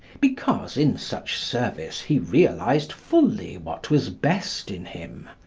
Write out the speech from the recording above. because in such service he realised fully what was best in him.